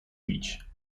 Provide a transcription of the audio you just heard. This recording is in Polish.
bić